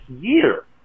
year